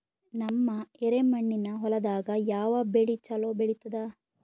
ನಮ್ಮ ಎರೆಮಣ್ಣಿನ ಹೊಲದಾಗ ಯಾವ ಬೆಳಿ ಚಲೋ ಬೆಳಿತದ?